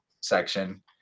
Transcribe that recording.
section